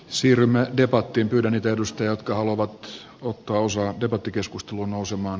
siirrymme debattiin ylönen perusta jotka ovat zhun kausi jättipotti keskusteluun nousemaan